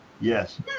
Yes